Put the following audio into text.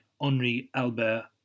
Henri-Albert